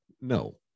No